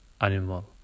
animal